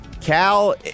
Cal